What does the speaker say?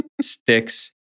sticks